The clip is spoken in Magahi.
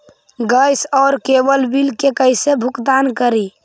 गैस और केबल बिल के कैसे भुगतान करी?